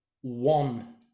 one